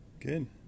Good